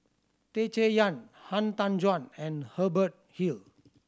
Tan Chay Yan Han Tan Juan and Hubert Hill